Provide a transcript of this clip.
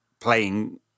playing